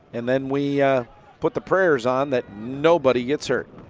and then we put the prayers on that nobody gets hurt.